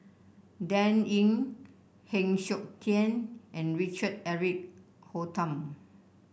Dan Ying Heng Siok Tian and Richard Eric Holttum